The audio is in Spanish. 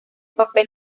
papel